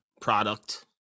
product